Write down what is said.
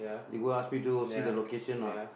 they go ask me to see the location ah